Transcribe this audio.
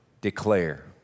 declare